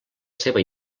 seva